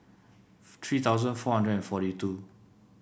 three thousand four hundred and forty two